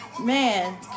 man